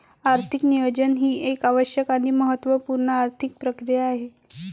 आर्थिक नियोजन ही एक आवश्यक आणि महत्त्व पूर्ण आर्थिक प्रक्रिया आहे